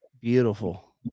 Beautiful